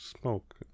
smoke